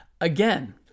Again